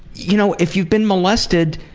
you know, if you've been molested,